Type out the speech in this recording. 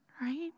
right